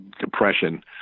depression